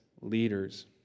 leaders